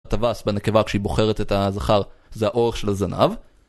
הטווס בנקבה כשהיא בוחרת את הזכר זה האורך של הזנב